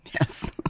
Yes